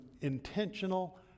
intentional